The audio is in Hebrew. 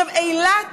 אילת